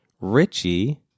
Richie